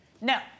No